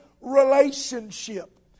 relationship